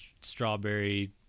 strawberry